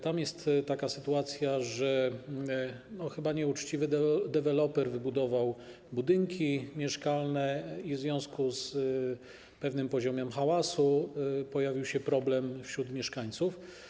Tam jest taka sytuacja, że chyba nieuczciwy deweloper wybudował budynki mieszkalne i w związku z pewnym poziomem hałasu pojawił się problem wśród mieszkańców.